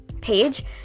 page